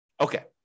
Okay